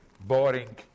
boring